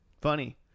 Funny